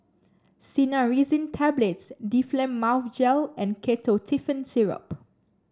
Cinnarizine Tablets Difflam Mouth Gel and Ketotifen Syrup